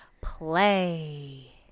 Play